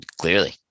Clearly